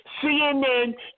CNN